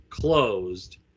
closed